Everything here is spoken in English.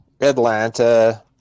Atlanta